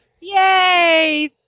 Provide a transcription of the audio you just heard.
Yay